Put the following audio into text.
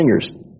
fingers